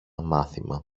μάθημα